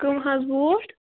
کَم حظ بوٗٹھ